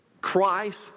Christ